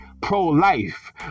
pro-life